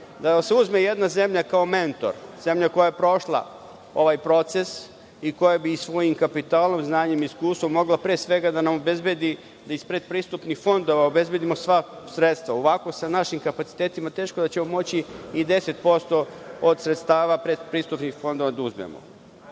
vas uzme jedna zemlja kao mentor, zemlja koja je prošla ovaj proces i koja bi svojim kapitalom, znanjem i iskustvom mogla pre svega da nam obezbedi da iz predpristupnih fondova obezbedimo sva sredstva. Ovako, sa našim kapacitetima, teško da ćemo moći i 10% od sredstava predpristupnih fondova da uzmemo. Na